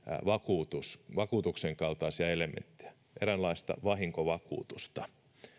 vakuutuksen vakuutuksen kaltaisia elementtejä eräänlaista vahinkovakuutusta